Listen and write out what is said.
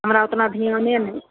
ओतना ध्याने नहि